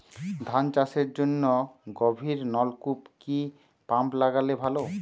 ধান চাষের জন্য গভিরনলকুপ কি পাম্প লাগালে ভালো?